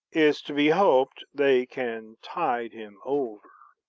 it's to be hoped they can tide him over